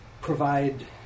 provide